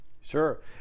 Sure